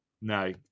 no